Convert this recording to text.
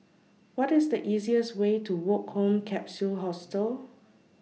What IS The easiest Way to Woke Home Capsule Hostel